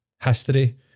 history